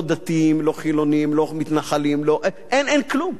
לא דתיים, לא חילונים, לא מתנחלים, אין כלום.